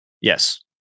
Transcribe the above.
yes